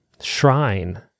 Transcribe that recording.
shrine